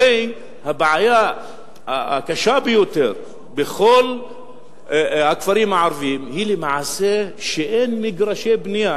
הרי הבעיה הקשה ביותר בכל הכפרים הערביים היא שלמעשה אין מגרשי בנייה.